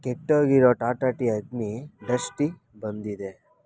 ಕೆಟ್ಟೋಗಿರೊ Tata tea Agni dust tea ಬಂದಿದೆ